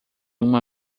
uma